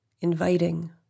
inviting